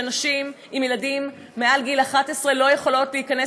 שנשים עם ילדים מעל גיל 11 לא יכולות להיכנס